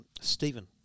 Stephen